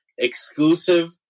exclusive